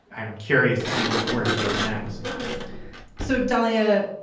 i'm curious to see what where he goes next so, dalia,